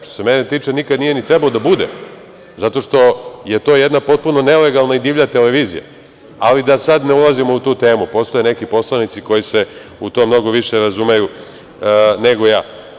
Što se mene tiče nikad nije ni trebao da bude zato što je to jedna potpuno nelegalna i divlja televizija, ali da sad ne ulazimo u tu temu, postoje neki poslanici koji se u tome mnogo više razumeju nego ja.